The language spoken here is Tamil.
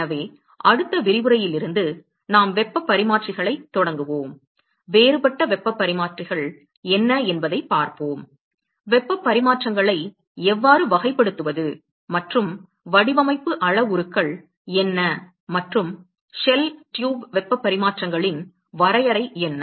எனவே அடுத்த விரிவுரையிலிருந்து நாம் வெப்பப் பரிமாற்றிகளைத் தொடங்குவோம் வேறுபட்ட வெப்பப் பரிமாற்றிகள் என்ன என்பதைப் பார்ப்போம் வெப்பப் பரிமாற்றங்களை எவ்வாறு வகைப்படுத்துவது மற்றும் வடிவமைப்பு அளவுருக்கள் என்ன மற்றும் ஷெல் குழாய் வெப்பப் பரிமாற்றங்களின் வரையறை என்ன